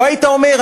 או היית אומר,